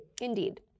Indeed